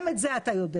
גם את זה אתה יודע.